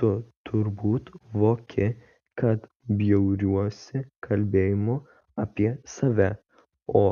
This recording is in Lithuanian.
tu turbūt voki kad bjauriuosi kalbėjimu apie save o